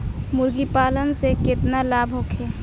मुर्गीपालन से केतना लाभ होखे?